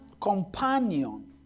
companion